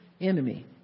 enemy